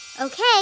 Okay